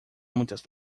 muitas